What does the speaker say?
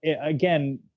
again